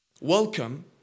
Welcome